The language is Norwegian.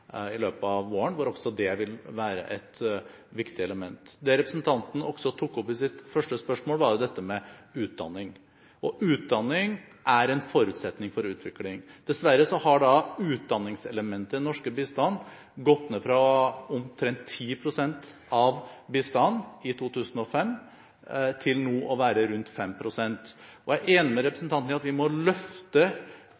i løpet av våren, hvor også det vil være et viktig element. Det representanten også tok opp i sitt første spørsmål, var dette med utdanning. Utdanning er en forutsetning for utvikling. Dessverre har utdanningselementet i den norske bistanden gått ned fra omtrent 10 pst. av bistanden i 2005 til nå å være rundt 5 pst. Jeg er enig med